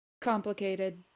complicated